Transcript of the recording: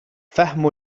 فهم